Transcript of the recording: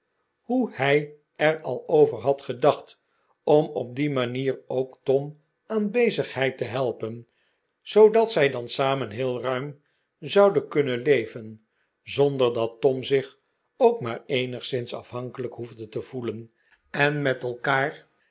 hoe hij er al over had gedacht om op die manier ook tom aan bezigheid te helpen zoodat zij dan samen heel ruim zouden kunnen leven zonder dat tom zich ook maar eenigszins afhankelijk hoefde te voelen en met elkaar